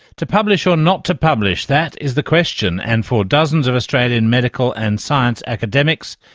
to publish or not to publish? that is the question. and for dozens of australian medical and science academics,